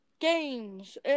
Games